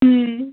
اۭم